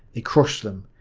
they crushed them.